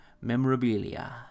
memorabilia